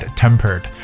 tempered